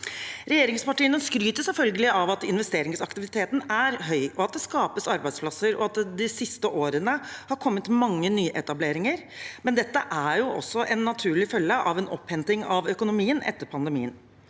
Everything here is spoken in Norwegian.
Regjeringspartiene skryter selvfølgelig av at investeringsaktiviteten er høy, at det skapes arbeidsplasser, og at det de siste årene har kommet mange nyetableringer, men dette er også en naturlig følge av en opphenting av økonomien etter pandemien.